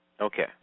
okay